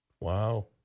Wow